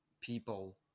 people